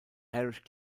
erich